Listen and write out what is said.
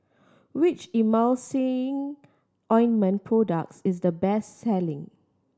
which Emulsying Ointment products is the best selling